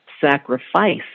sacrifice